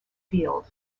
field